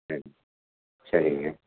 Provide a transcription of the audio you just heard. சரி சரிங்க